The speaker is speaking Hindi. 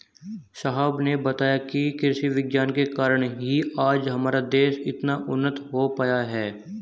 साहब ने बताया कि कृषि विज्ञान के कारण ही आज हमारा देश इतना उन्नत हो पाया है